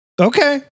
Okay